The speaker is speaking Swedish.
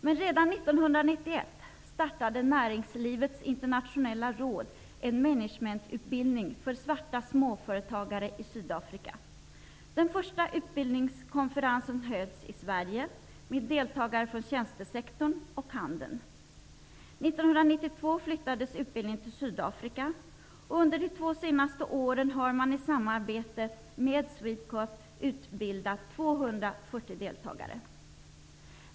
Men redan 1991 startade Näringslivets internationella råd managementutbildning för svarta småföretagare i Sydafrika. Den första utbildningskonferensen hölls i Sverige med deltagare från tjänstesektorn och handeln. År 1992 flyttades utbildningen till Sydafrika, och under de två senaste åren har man i samarbete med Swedecorp utbildat 240 deltagare.